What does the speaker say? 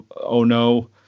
oh-no